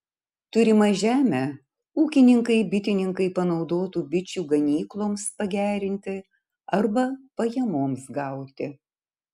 turimą žemę ūkininkai bitininkai panaudotų bičių ganykloms pagerinti arba pajamoms gauti